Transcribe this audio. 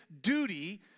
duty